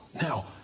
Now